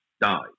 died